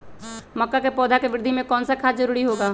मक्का के पौधा के वृद्धि में कौन सा खाद जरूरी होगा?